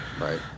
Right